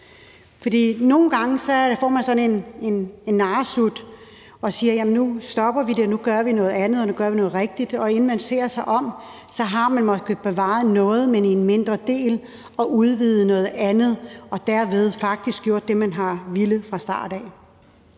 Nogle gange får man sådan en narresut, hvor der bliver sagt, at nu stopper vi det og gør noget andet, og nu gør vi noget rigtigt, men inden man får set sig om, har man måske bevaret noget, men en mindre del, og udvidet noget andet og derved faktisk gjort det, man har villet fra start af.